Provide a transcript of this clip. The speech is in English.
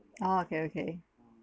oh okay okay